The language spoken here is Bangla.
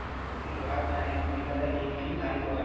বেশিরভাগ গাঁয়ের মহিলারা এল.টি.আই করেন